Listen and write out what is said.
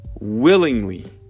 willingly